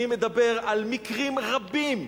אני מדבר על מקרים רבים.